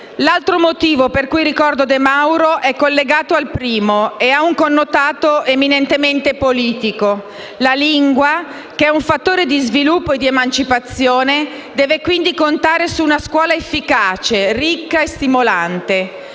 L'altro motivo per cui ricordo De Mauro è collegato al primo e ha un connotato eminentemente politico: la lingua, che è un fattore di sviluppo e di emancipazione, deve quindi contare su una scuola efficace, ricca e stimolante.